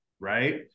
right